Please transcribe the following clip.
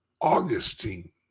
Augustine